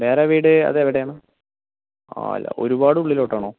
വേറെ വീട് അതെവിടെയാണ് അല്ല ഒരുപാട് ഉള്ളിലോട്ടാണോ